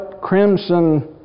crimson